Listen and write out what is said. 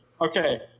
Okay